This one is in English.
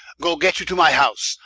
goe, get you to my house,